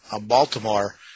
Baltimore